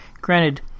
Granted